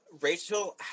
Rachel